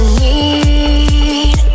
need